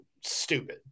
stupid